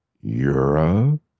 Europe